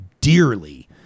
dearly